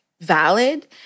valid